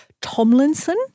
Tomlinson